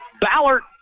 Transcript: Ballard